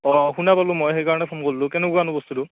অঁ শুনা পালো মই সেইকাৰণে ফ'ন কৰিলোঁ কেনেকুৱানো বস্তুটো